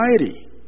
anxiety